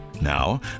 Now